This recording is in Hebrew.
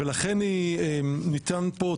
ולכן היא נטען פה,